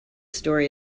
story